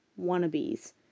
wannabes